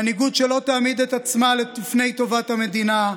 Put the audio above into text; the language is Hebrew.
מנהיגות שלא תעמיד את עצמה לפני טובת המדינה,